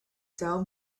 down